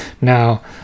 now